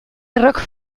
errok